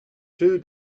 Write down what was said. two